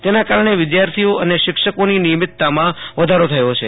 તેના કારણે વિધાર્થીઓ અને શિક્ષકોની નિયમિતતામાં વધારો થયો છે